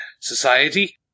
society